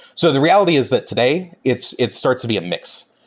so the reality is that today it's it's starts to be a mix,